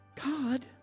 God